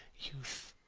youth!